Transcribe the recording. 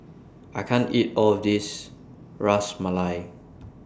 I can't eat All of This Ras Malai